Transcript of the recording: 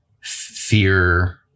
fear